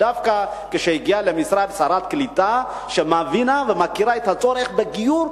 דווקא כשהגיעה למשרד שרת קליטה שמבינה ומכירה את הצורך בגיור,